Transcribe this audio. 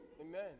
Amen